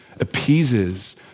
appeases